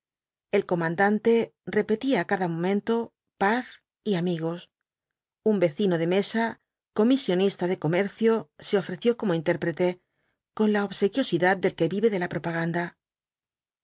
el comandante repetía á cada momento paz y amigos un vecino de mesa comisionista de comercio se ofreció como intérprete con la obsequiosidad del que vive de la propaganda